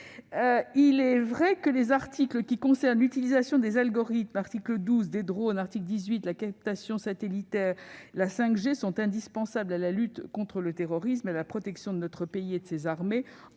Il est vrai que les articles qui concernent l'utilisation des algorithmes- l'article 12 -, des drones- l'article 18 -, de la captation satellitaire et de la 5G sont indispensables à la lutte contre le terrorisme et à la protection de notre pays et de ses armées